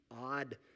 odd